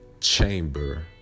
Chamber